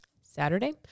Saturday